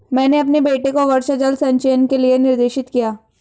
मैंने अपने बेटे को वर्षा जल संचयन के लिए निर्देशित किया